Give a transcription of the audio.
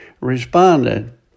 responded